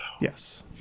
Yes